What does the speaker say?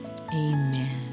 Amen